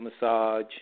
massage